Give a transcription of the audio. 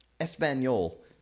Espanol